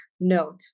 note